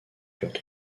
furent